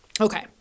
okay